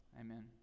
Amen